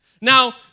Now